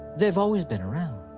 they've always been around.